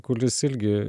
kulis irgi